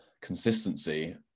consistency